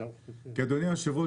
אדוני היושב-ראש,